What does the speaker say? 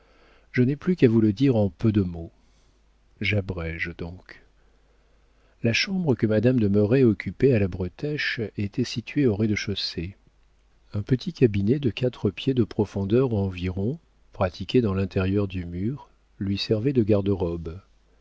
je n'ai plus qu'à vous le dire en peu de mots j'abrége donc la chambre que madame de merret occupait à la bretèche était située au rez-de-chaussée un petit cabinet de quatre pieds de profondeur environ pratiqué dans l'intérieur du mur lui servait de garde-robe